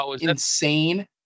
insane